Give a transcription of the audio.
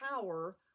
power